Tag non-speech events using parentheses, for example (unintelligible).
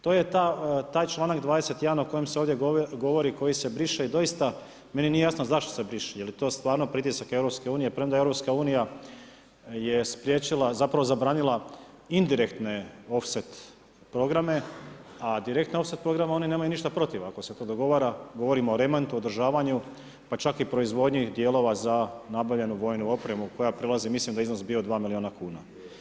To je taj članak 21 o kojem se ovdje govori koji se briše i doista meni nije jasno zašto se briše, je li to stvarno pritisak EU, premda EU je zapravo zabranila indirektne ... (unintelligible) programe, a direktne ... (unintelligible) programe, oni nemaju ništa protiv ako se to dogovara, govorimo o remontu, održavanju pa čak i proizvodnji dijelova za nabavljenu vojnu opremu koja prelazi, mislim da je iznos bio 2 milijuna kuna.